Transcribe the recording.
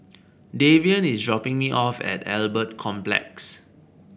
Davion is dropping me off at Albert Complex